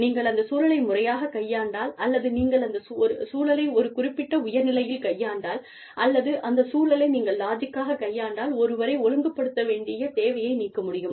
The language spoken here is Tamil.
நீங்கள் அந்த சூழலை முறையாக கையாண்டால் அல்லது நீங்கள் அந்த சூழலை ஒரு குறிப்பிட்ட உயர் நிலையில் கையாண்டால் அல்லது அந்த சூழலை நீங்கள் லாஜிக்கலாக கையாண்டால் ஒருவரை ஒழுங்குப்படுத்த வேண்டிய தேவையை நீக்க முடியும்